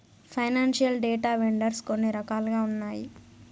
financial data vendors కొన్ని రకాలుగా ఉన్నాయి